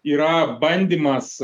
yra bandymas